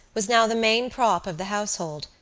was now the main prop of the household,